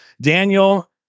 Daniel